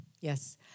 Yes